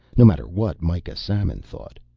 no matter what mikah samon thought.